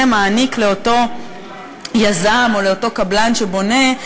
מעניק לאותו יזם או לאותו קבלן שבונה.